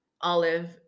olive